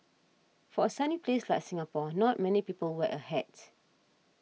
for a sunny place like Singapore not many people wear a hat